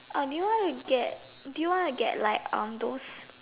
uh do you wanna get do you wanna get like um those